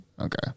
Okay